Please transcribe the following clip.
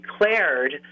declared